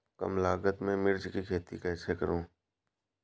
कम लागत में मिर्च की खेती कैसे करूँ?